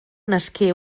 nasqué